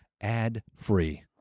ad-free